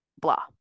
blah